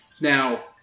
Now